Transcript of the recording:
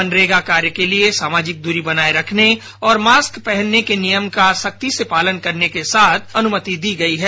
मनरेगा कार्य के लिए सामाजिक दूरी बनाए रखने और मास्क पहनने के नियम का सख्ती से पालन करने के साथ अनुमति दी गई है